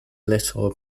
little